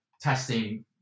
testing